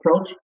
approach